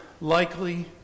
likely